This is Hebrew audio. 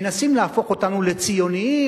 מנסים להפוך אותנו לציונים,